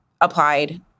applied